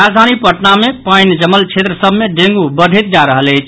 राजधानी पटना मे पानि जमल क्षेत्र सभ मे डेंगू बढ़ैत जा रहल अछि